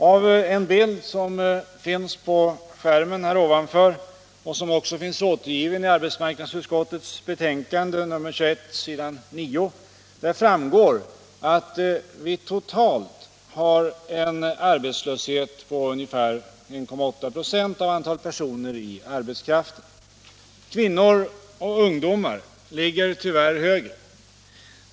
Av den bild som nu visas på TV-skärmen — och som också finns återgiven i arbetsmarknadsutskottets betänkande nr 21, s. 9 —- framgår att vi totalt har en arbetslöshet på ungefär 1,8 26 av hela arbetskraften. Kvinnor och ungdomar ligger tyvärr högre.